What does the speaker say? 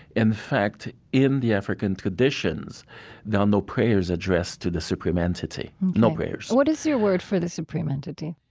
in fact, in the african traditions there are no prayers addressed to the supreme entity. no prayers ok. what is your word for the supreme entity?